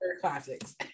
classics